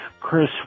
Chris